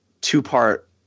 two-part